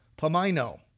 pomino